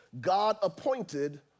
God-appointed